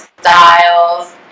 styles